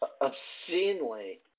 obscenely